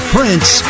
Prince